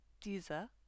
dieser